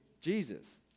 Jesus